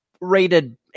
rated